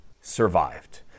survived